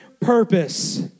purpose